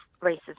racism